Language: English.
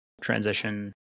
transition